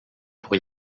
pour